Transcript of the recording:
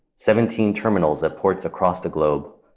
seventeen terminals at ports across the globe,